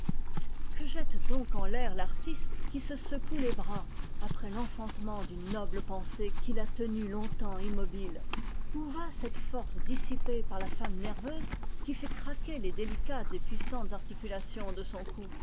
que jette donc en l'air l'artiste qui se secoue les bras après l'enfantement d'une noble pensée qui l'a tenu longtemps immobile où va cette force dissipée par la femme nerveuse qui fait craquer les délicates et puissantes articulations de son cou